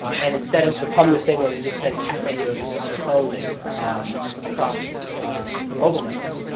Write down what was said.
and instead, it's become this thing where we just send cat videos to other phones across mobile networks.